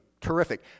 terrific